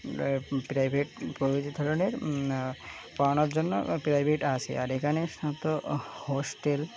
private এই ধরনের পড়ানোর জন্য প্রাইভেট আসে আর এখানে কিন্তু হোস্টেল